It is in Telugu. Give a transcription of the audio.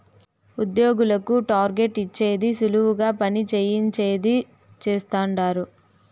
ఉద్యోగులకు టార్గెట్ ఇచ్చేది సులువుగా పని చేయించేది చేస్తండారు